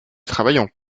travaillons